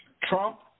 Trump